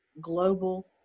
global